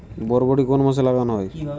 বরবটি কোন মাসে লাগানো হয়?